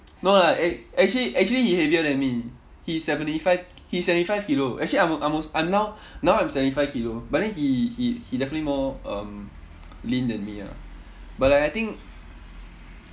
no lah act~ actually actually he heavier than me he's seventy five he seventy five kilo actually I'm I'm also I'm now now I'm seventy five kilo but then he he he definitely more um lean than me ah but like I think